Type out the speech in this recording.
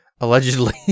allegedly